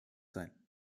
sein